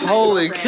Holy